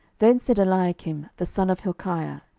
then said eliakim the son of hilkiah,